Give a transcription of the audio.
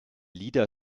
lieder